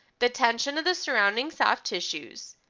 the tension of the surrounding soft tissues,